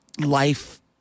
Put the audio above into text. life